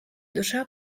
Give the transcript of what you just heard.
душа